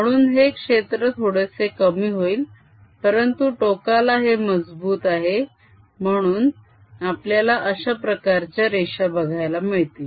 म्हणून हे क्षेत्र थोडेसे कमी होईल परंतु टोकाला हे मजबूत आहे म्हणून आपल्याला अशा प्रकारच्या रेषा बघायला मिळतील